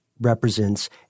represents